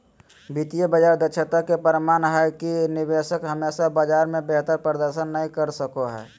वित्तीय बाजार दक्षता के प्रमाण हय कि निवेशक हमेशा बाजार पर बेहतर प्रदर्शन नय कर सको हय